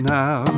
now